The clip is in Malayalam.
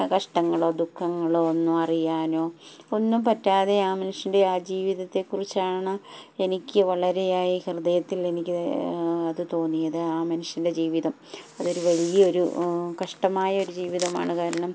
കഷ്ടങ്ങളോ ദുഃഖങ്ങളോ ഒന്നും അറിയാനോ ഒന്നും പറ്റാതെ ആ മനുഷ്യൻ്റെ ആ ജീവിതത്തെ കുറിച്ചാണ് എനിക്ക് വളരെയായി ഹൃദയത്തിൽ എനിക്ക് അത് തോന്നിയത് ആ മനുഷ്യൻ്റെ ജീവിതം അതൊരു വലിയൊരു കഷ്ടമായ ഒരു ജീവിതമാണ് കാരണം